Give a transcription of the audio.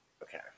Okay